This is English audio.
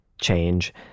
Change